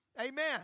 amen